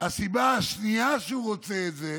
הסיבה השנייה שהוא רוצה את זה